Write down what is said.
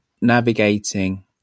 navigating